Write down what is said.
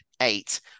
eight